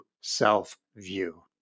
self-view